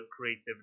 creativity